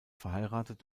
verheiratet